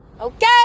Okay